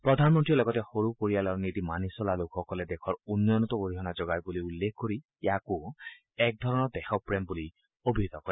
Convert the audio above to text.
প্ৰধানমন্ত্ৰীয়ে লগতে সৰু পৰিয়ালৰ নীতি মানি চলা লোকসকলে দেশৰ উন্নয়নতো অহিৰণা যোগাই বুলি উল্লেখ কৰি ইয়াকো একধৰণৰ দেশপ্ৰেম বুলি অভিহিত কৰে